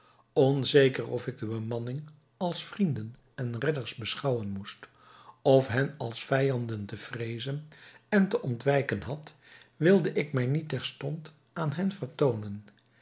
onzeker of ik de bemanning als vrienden en redders beschouwen moest of hen als vijanden te vreezen en te ontwijken had wilde ik mij niet terstond aan hen vertoonen